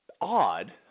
odd